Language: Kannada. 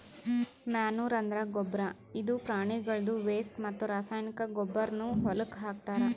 ಮ್ಯಾನೂರ್ ಅಂದ್ರ ಗೊಬ್ಬರ್ ಇದು ಪ್ರಾಣಿಗಳ್ದು ವೆಸ್ಟ್ ಮತ್ತ್ ರಾಸಾಯನಿಕ್ ಗೊಬ್ಬರ್ನು ಹೊಲಕ್ಕ್ ಹಾಕ್ತಾರ್